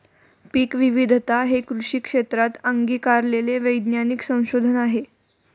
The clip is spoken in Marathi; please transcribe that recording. पीकविविधता हे कृषी क्षेत्रात अंगीकारलेले वैज्ञानिक संशोधन आहे